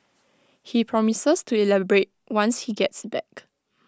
he promises to elaborate once he gets back